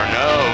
no